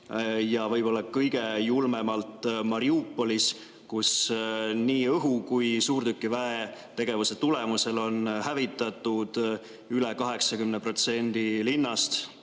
ja võib-olla kõige julmemalt Mariupolis, kus nii õhu‑ kui ka suurtükiväe tegevuse tõttu on hävitatud üle 80% linnast.